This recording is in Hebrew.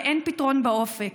ואין פתרון באופק.